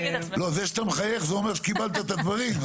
לא, זה שאתה מחייך זה אומר שקיבלת את הדברים.